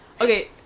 Okay